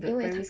因为